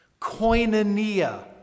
Koinonia